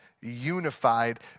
unified